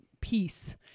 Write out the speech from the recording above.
peace